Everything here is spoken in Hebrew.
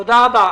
תודה רבה.